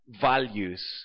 values